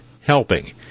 helping